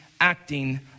acting